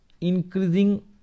increasing